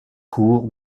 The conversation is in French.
cour